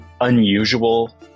unusual